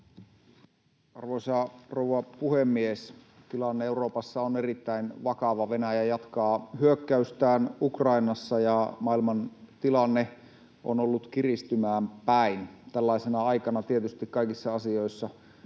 Arvoisa rouva puhemies! Tilanne Euroopassa on erittäin vakava. Venäjä jatkaa hyökkäystään Ukrainassa, ja maailmantilanne on ollut kiristymään päin. Tällaisena aikana tietysti kaikissa asioissa asioiden